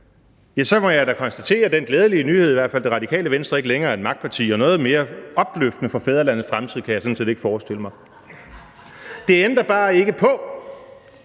i hvert fald er den glædelige nyhed, at Det Radikale Venstre ikke længere er et magtparti, og noget mere opløftende for fædrelandets fremtid kan jeg sådan set ikke forestille mig. Det ændrer bare ikke på,